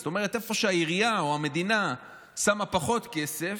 זאת אומרת כשהעירייה או המדינה שמות פחות כסף,